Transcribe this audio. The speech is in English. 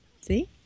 See